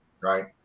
right